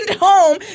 home